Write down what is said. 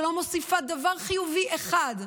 שלא מוסיפה דבר חיובי אחד,